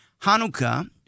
Hanukkah